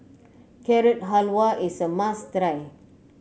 Carrot Halwa is a must try